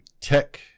tech